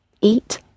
eat